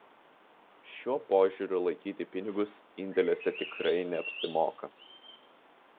šiuo požiūriu laikyti pinigus indėliuose tikrai neapsimoka